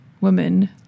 woman